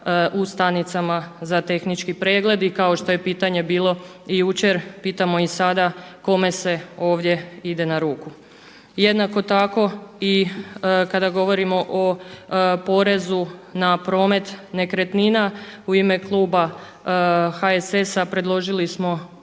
u stanicama za tehnički pregled. I kao što je pitanje bilo jučer pitamo i sada, kome se ovdje ide na ruku? Jednako tako i kada govorimo o porezu na promet nekretnina u ime kluba HSS-a predložili smo